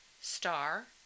star